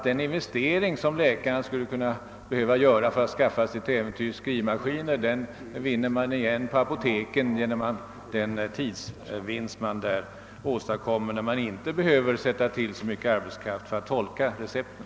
Den investering som läkarna till äventyrs måste göra för att skaffa skrivmaskiner tas igen på apoteken genom den tidsvinst man där gör då man inte behöver använda så mycken arbetskraft för att tolka recepten.